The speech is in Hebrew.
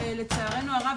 לצערנו הרב,